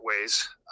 ways